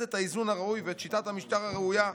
את האיזון הראוי ואת שיטת המשטר הראויה,